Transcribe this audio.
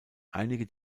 einige